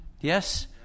Yes